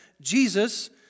Jesus